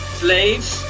slaves